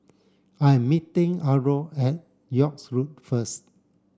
I am meeting Arno at York Road first